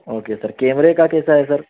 okay sir کیمرے کا کیسا ہے سر